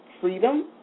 freedom